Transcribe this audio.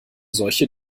solche